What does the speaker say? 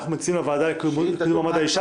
אנחנו מציעים לוועדה לקידום מעמד האישה,